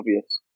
obvious